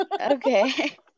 Okay